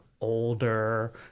older